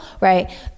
right